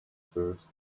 first